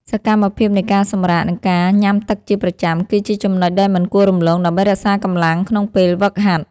សកម្មភាពនៃការសម្រាក និងការញ៉ាំទឹកជាប្រចាំ គឺជាចំណុចដែលមិនគួររំលងដើម្បីរក្សាកម្លាំងក្នុងពេលហ្វឹកហាត់។